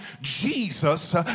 Jesus